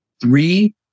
three